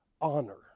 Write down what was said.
honor